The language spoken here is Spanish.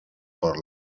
por